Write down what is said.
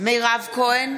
מירב כהן,